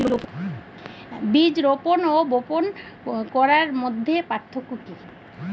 বীজ রোপন ও বপন করার মধ্যে পার্থক্য কি?